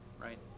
right